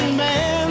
man